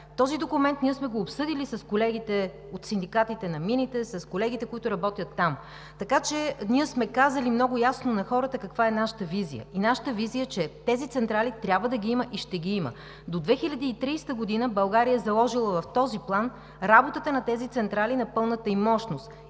Този документ сме го обсъдили с колегите от синдикатите на мините, с колегите, които работят там. Така че ние сме казали много ясно на хората каква е нашата визия. Нашата визия е, че тези централи трябва да ги има и ще ги има. До 2030 г. България е заложила в този план работата на тези централи на пълната им мощност